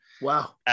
Wow